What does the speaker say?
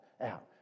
out